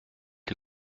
les